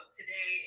today